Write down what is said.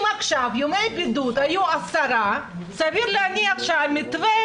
אם עכשיו היו 10 ימי בידוד, סביר להניח שהמתווה